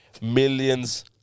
millions